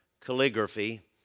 calligraphy